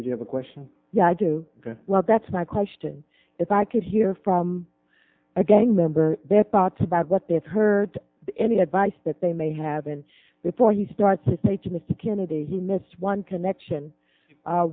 to have a question yeah i do well that's my question if i could hear from a gang member their thoughts about what they'd heard any advice that they may have and before you start to say to mr kennedy he missed one connection